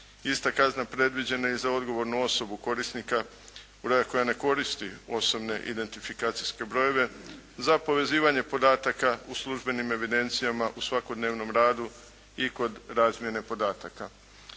Ista kazna predviđena je i za odgovornu osobu korisnika, ona koja ne koristi osobne identifikacijske brojeve za povezivanje podataka u službenim evidencijama, u svakodnevnom radu i kod razmjene podataka.